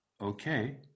Okay